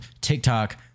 tiktok